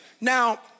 Now